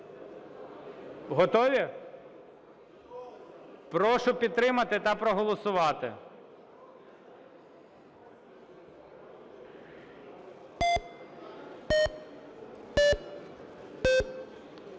Готові? Прошу підтримати та проголосувати.